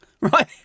right